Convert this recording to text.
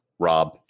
Rob